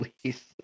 please